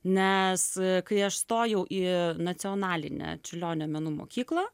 nes kai aš stojau į nacionalinę čiurlionio menų mokyklą